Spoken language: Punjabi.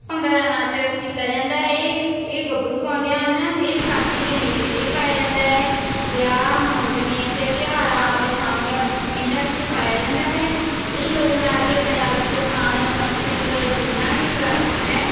ਭੰਗੜਾ ਨਾਚ ਕੀਤਾ ਜਾਂਦਾ ਹੈ ਇਹ ਗੱਭਰੂ ਪਾਉਂਦੇ ਹਨ ਇਹ ਵਿਸਾਖੀ ਦੇ ਮੇਲੇ 'ਤੇ ਪਾਇਆ ਜਾਂਦਾ ਹੈ ਵਿਆਹ ਮੰਗਣੇ ਅਤੇ ਤਿਉਹਾਰਾਂ ਆਦਿ ਸ਼ਾਮਿਲ ਇਹਨਾਂ ਵਿੱਚ ਪਾਇਆ ਜਾਂਦਾ ਹੈ ਇਹ ਲੋਕ ਨਾਚ ਪੰਜਾਬ ਦੀ ਕਿਸਾਨ ਸੰਸਕ੍ਰਿਤ ਜਿੰਨਾ ਹੀ ਪ੍ਰਾਚੀਨ ਹੈ